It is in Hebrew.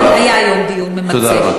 היה היום דיון ממצה.